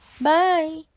Bye